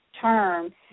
term